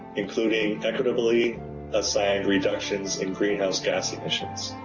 including equitably assigned reductions in greenhouse gas emissions.